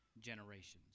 generations